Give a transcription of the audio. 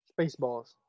Spaceballs